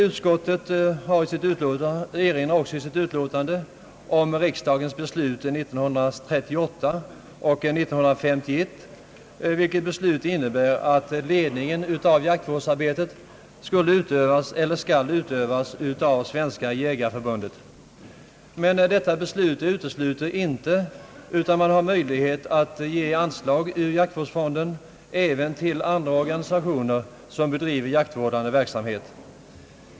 Utskottet erinrar i sitt utlåtande om riksdagsbesluten åren 1938 och 1951, som innebär att ledningen av jaktvårdsarbetet skall utövas av Svenska jägareförbundet. Men detta beslut utesluter inte möjligheten av att ge anslag ur jaktvårdsfonden även till andra organisationer som bedriver jaktvårdande verksamhet.